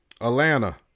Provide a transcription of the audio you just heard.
Atlanta